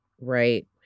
right